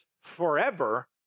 forever